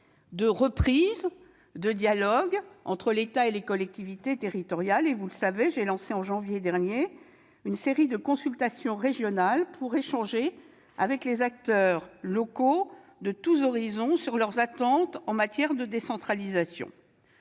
reprise du dialogue entre l'État et les collectivités territoriales. Vous le savez, j'ai lancé en janvier dernier une série de consultations régionales pour échanger avec les acteurs locaux de tous horizons sur leurs attentes en matière de décentralisation.